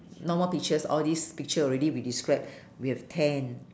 no more pictures all these picture already we describe we have ten